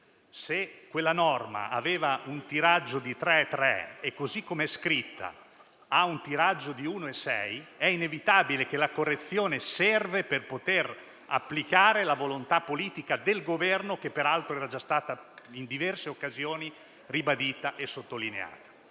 se quella norma aveva un tiraggio di 3,3 e così come è scritta ha un tiraggio di 1,6, è inevitabile che la correzione serve per poter applicare la volontà politica del Governo, che peraltro era già stata in diverse occasioni ribadita e sottolineata.